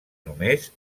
només